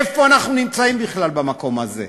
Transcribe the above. איפה אנחנו נמצאים בכלל במקום הזה,